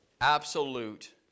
Absolute